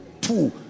Two